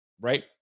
right